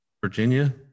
Virginia